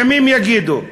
ימים יגידו.